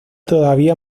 todavía